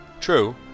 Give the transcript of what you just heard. True